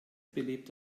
belebt